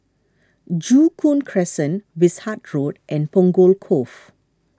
Joo Koon Crescent Wishart Road and Punggol Cove